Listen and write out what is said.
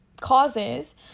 causes